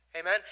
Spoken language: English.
Amen